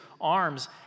arms